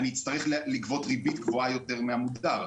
ואני אצטרך לגבות ריבית גבוהה יותר מהמודר.